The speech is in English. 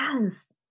Yes